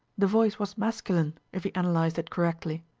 the voice was masculine, if he analyzed it correctly.